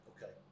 Okay